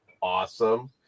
awesome